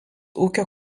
ūkio